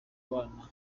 abana